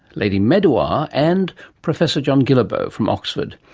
lady medawar and professor john guillebaud from oxford.